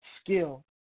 skill